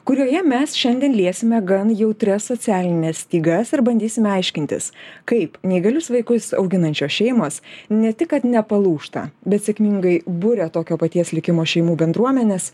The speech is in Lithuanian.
kurioje mes šiandien liesime gan jautrias socialines stygas ir bandysime aiškintis kaip neįgalius vaikus auginančios šeimos ne tik kad nepalūžta bet sėkmingai buria tokio paties likimo šeimų bendruomenes